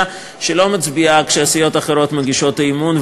שלא מצביעה כשהסיעות האחרות מגישות אי-אמון,